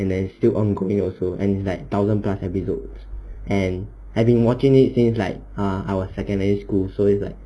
and then still ongoing also and like thousand plus episodes and have been watching it since like err our secondary school so it's like